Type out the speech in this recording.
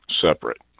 separate